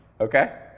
Okay